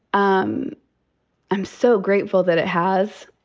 um i'm so grateful that it has.